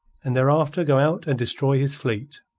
and thereafter go out and destroy his fleet.